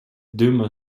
dumma